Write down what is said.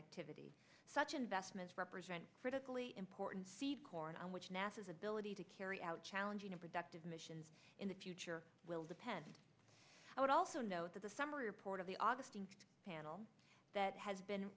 activities such investments represent critically important seed corn and which nasa is ability to carry out challenging productive missions in the future will depend i would also note that the summary report of the augustine panel that has been